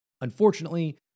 Unfortunately